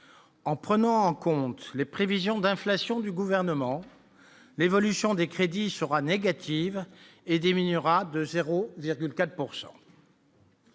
En prenant en compte les prévisions d'inflation du gouvernement mais évolution des crédits sera négative et diminuera de 0,4